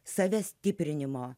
savęs stiprinimo